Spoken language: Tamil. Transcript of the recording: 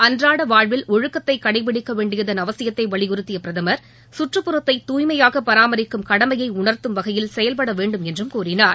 அன்றாட வாழ்வில் ஒழுக்கத்தை கடைபிடிக்கவேண்டியதன் அவசியத்தை வலியுறுத்திய பிரதமர் கற்றுப்புறத்தை தூய்மையாக பராமரிக்கும் கடமையை உணர்த்தும் வகையில் செயல்படவேண்டும் என்றும் கூறினார்